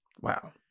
Wow